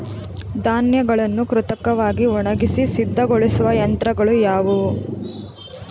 ಧಾನ್ಯಗಳನ್ನು ಕೃತಕವಾಗಿ ಒಣಗಿಸಿ ಸಿದ್ದಗೊಳಿಸುವ ಯಂತ್ರಗಳು ಯಾವುವು?